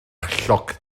chloc